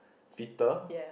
fitter